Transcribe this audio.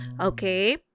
Okay